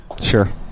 Sure